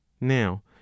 now